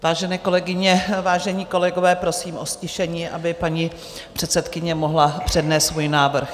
Vážené kolegyně, vážení kolegové, prosím o ztišení, aby paní předsedkyně mohla přednést svůj návrh.